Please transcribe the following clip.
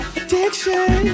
addiction